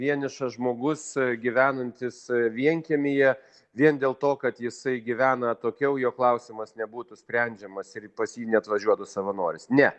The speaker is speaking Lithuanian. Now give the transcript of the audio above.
vienišas žmogus gyvenantis vienkiemyje vien dėl to kad jisai gyvena atokiau jo klausimas nebūtų sprendžiamas ir pas jį neatvažiuotų savanoris ne